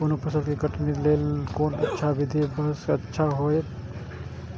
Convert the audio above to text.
कोनो फसल के कटनी के लेल कोन अच्छा विधि सबसँ अच्छा होयत?